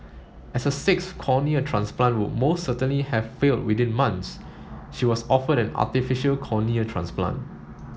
as a sixth cornea transplant would most certainly have failed within months she was offered an artificial cornea transplant